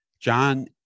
John